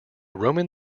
roman